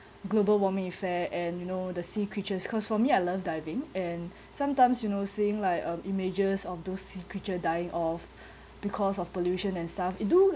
global warming affair and you know the sea creatures because for me I love diving and sometimes you know seeing like um images of those sea creature dying off because of pollution and stuff it do